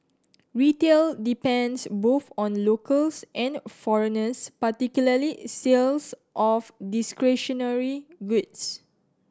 retail depends both on locals and foreigners particularly sales of discretionary goods